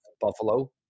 Buffalo